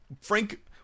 Frank